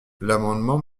l’amendement